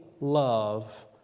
love